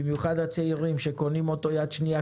במיוחד הצעירים שקונים אותו יד שנייה